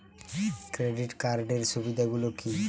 Credit কার্ডের সুবিধা গুলো কি?